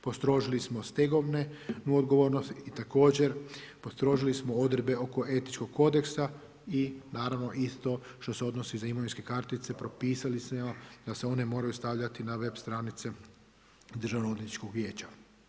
Postrožili smo stegovne odgovornosti i također postrožili smo odredbe oko etičkog kodeksa i naravno isto što se odnosi za imovinske kartice propisali smo da se one moraju stavljati na web stranice Državno-odvjetničkog vijeća.